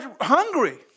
hungry